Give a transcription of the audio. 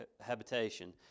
habitation